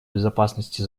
безопасности